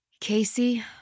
Casey